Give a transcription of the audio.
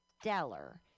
stellar